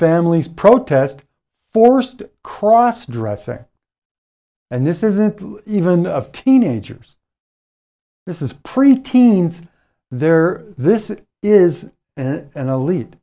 families protest forced cross dressing and this isn't even of teenagers this is pre teens there this is and elite